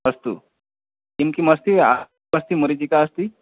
अस्तु किं किम् अस्ति आ अस्ति मरिचिका अस्ति